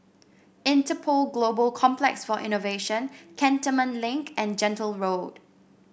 Interpol Global Complex for Innovation Cantonment Link and Gentle Road